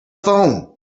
phone